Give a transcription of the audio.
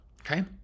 okay